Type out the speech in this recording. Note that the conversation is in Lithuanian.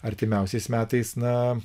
artimiausiais metais na